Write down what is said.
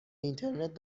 اینترنت